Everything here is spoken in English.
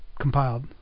compiled